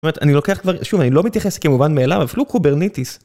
זאת אומרת, אני לוקח כבר, שוב, אני לא מתייחס כמובן מאליו, אפילו קוברניטיס.